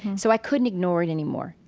so i couldn't ignore it anymore.